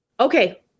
Okay